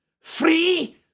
free